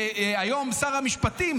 היום שר המשפטים,